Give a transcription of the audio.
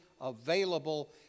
available